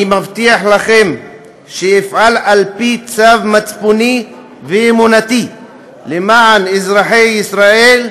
אני מבטיח לכם שאפעל על פי צו מצפוני ואמונתי למען אזרחי ישראל,